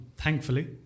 thankfully